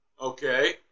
Okay